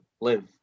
live